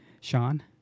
Sean